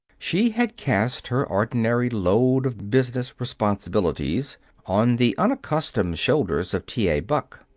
she had cast her ordinary load of business responsibilities on the unaccustomed shoulders of t. a. buck.